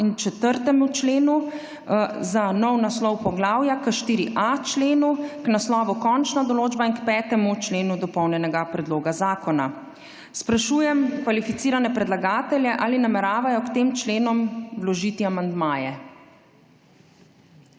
in 4. členu, za nov naslov poglavja k 4.a členu, naslovu Končna določba in k 5. členu dopolnjenega predloga zakona. Sprašujem kvalificirane predlagatelje, ali nameravajo k tem členom vložiti amandmaje?